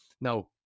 now